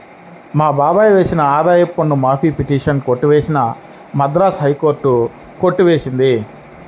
మా బాబాయ్ వేసిన ఆదాయపు పన్ను మాఫీ పిటిషన్ కొట్టివేసిన మద్రాస్ హైకోర్టు కొట్టి వేసింది